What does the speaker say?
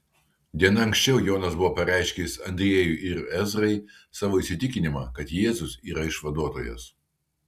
diena anksčiau jonas buvo pareiškęs andriejui ir ezrai savo įsitikinimą kad jėzus yra išvaduotojas